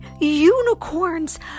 unicorns